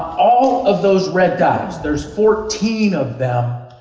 all of those red dots, there's fourteen of them,